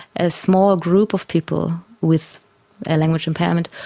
a small group of people with language impairment,